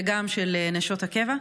וגם של אנשי ונשות הקבע.